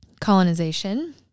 colonization